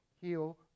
heal